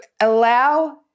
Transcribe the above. allow